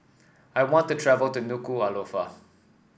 I want to travel to Nuku'alofa